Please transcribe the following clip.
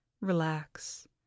relax